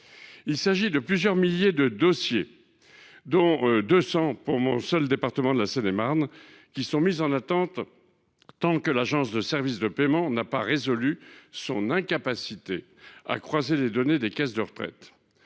(DDT). Plusieurs milliers de dossiers, dont 200 pour mon seul département, la Seine et Marne, sont mis en attente tant que l’Agence de services et de paiement n’aura pas résolu son incapacité à croiser les données des caisses de retraite.